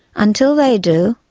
until they do,